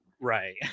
Right